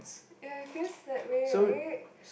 ya it feels that way right